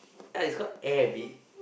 yeah it's called air B